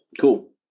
Cool